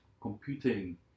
computing